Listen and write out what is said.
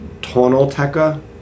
Tonalteca